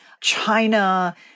China